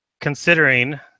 considering